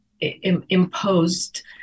imposed